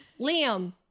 liam